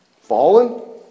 Fallen